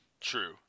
true